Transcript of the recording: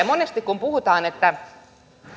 monesti kun puhutaan että